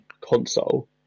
console